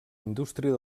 indústria